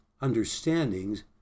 understandings